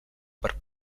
per